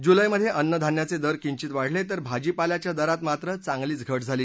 जुलैमधे अन्नधान्याचे दर किंचित वाढले तर भाजीपाल्याच्या दरात मात्र चांगलीच घट झाली